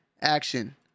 action